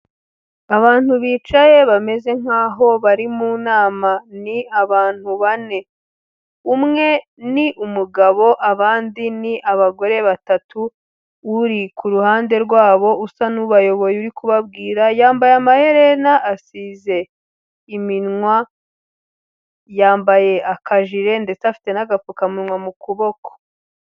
Abantu bicaye bameze nk'aho bari mu nama, ni abantu bane, umwe ni umugabo abandi ni abagore batatu, uri ku ruhande rwabo usa n'ubayoboye uri kubabwira, yambaye amaherena asize iminwa, yambaye akajire ndetse afite n'agapfukamunwa mu kuboko.